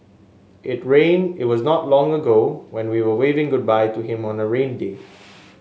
it rain it was not long ago when we were waving goodbye to him on a rain day